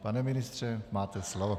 Pane ministře, máte slovo.